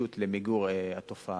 בנחישות למיגור התופעה.